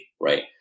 right